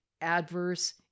adverse